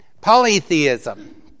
Polytheism